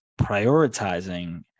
prioritizing